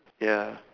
ya